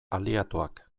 aliatuak